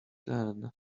than